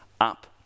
up